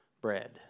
bread